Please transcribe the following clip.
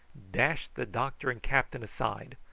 dashed the doctor and captain aside,